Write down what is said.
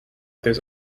those